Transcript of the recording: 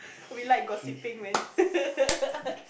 we like gossiping man